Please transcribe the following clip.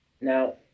Now